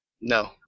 No